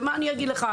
מה אני אגיד לך?